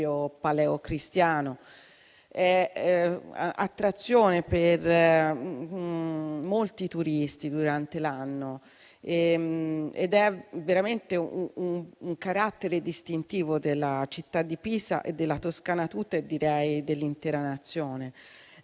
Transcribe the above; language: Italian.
paleocristiano. È attrazione per molti turisti durante l'anno ed è veramente un carattere distintivo della città di Pisa, della Toscana tutta e direi dell'intera Nazione.